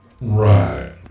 Right